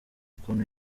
ukuntu